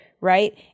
right